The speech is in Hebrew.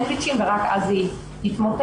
ייקחו סנדוויצ'ים ורק אז היא תתמוטט.